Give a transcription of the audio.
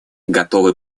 готовы